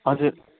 हजुर